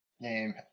name